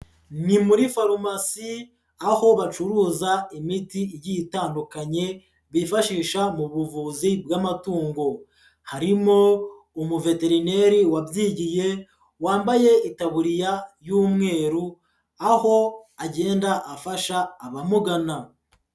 Ni muri farumasi aho bacuruza imiti igiye itandukanye bifashisha mu buvuzi bw'amatungo, harimo umuveterineri wabyigiye wambaye itaburiya y'umweru, aho agenda afasha abamugana.